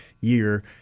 year